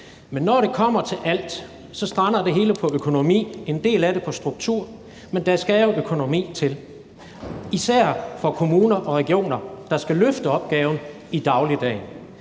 Når alt kommer til alt, strander det hele på økonomi og en del af det på struktur, men der skal jo økonomi til, især for kommuner og regioner, der skal løfte opgaven i dagligdagen.